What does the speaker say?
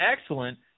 excellent